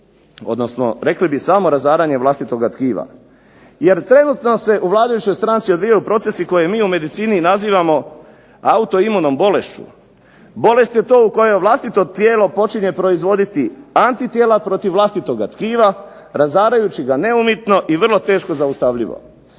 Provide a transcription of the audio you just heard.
odnosno rekli bi samo razaranje vlastitoga tkiva, jer trenutno se u vladajućoj stranci odvijaju procesi koje mi u medicini nazivamo autoimunom bolešću, bolest je to u kojoj vlastito tijelo počinje proizvoditi antitijela protiv vlastitoga tkiva, razarajući ga neumitno i vrlo teško zaustavljivo.